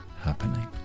happening